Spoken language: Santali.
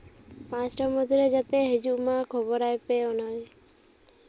ᱯᱟᱸᱪᱴᱟ ᱢᱚᱫᱽᱫᱷᱮᱨᱮ ᱡᱟᱛᱮᱭ ᱦᱤᱡᱩᱜ ᱢᱟ ᱠᱷᱚᱵᱚᱨᱟᱭ ᱯᱮ